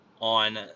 on